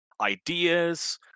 ideas